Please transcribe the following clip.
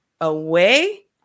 away